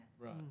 Right